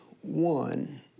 one